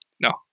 No